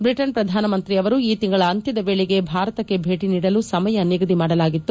Britain ಪ್ರಧಾನಮಂತ್ರಿ ಅವರು ಈ ತಿಂಗಳ ಅಂತ್ಯದ ವೇಳೆಗೆ ಭಾರತಕ್ಕೆ ಭೇಟಿ ನೀಡಲು ಸಮಯ ನಿಗದಿ ಮಾಡಲಾಗಿತ್ತು